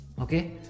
Okay